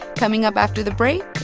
coming up after the break,